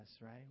right